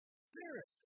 spirit